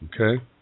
okay